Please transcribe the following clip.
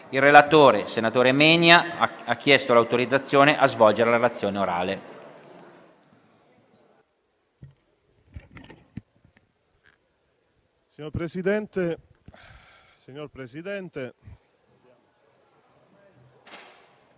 Il relatore, senatore Menia, ha chiesto l'autorizzazione a svolgere la relazione orale.